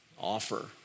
offer